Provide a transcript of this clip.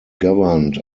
governed